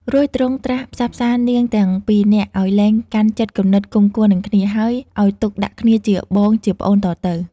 រួចទ្រង់ត្រាស់ផ្សះផ្សារ នាងទាំងពីរនាក់ ឲ្យលែងកាន់ចិត្តគំនិតគុំកួននឹងគ្នា ហើយឲ្យទុកដាក់គ្នាជាបងជាប្អូនតទៅ។